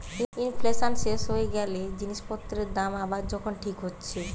inflation শেষ হয়ে গ্যালে জিনিস পত্রের দাম আবার যখন ঠিক হচ্ছে